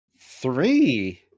Three